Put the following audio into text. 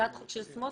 הצעת חוק של סמוטריץ'